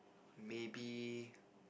maybe